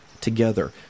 together